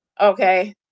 okay